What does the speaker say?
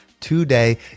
Today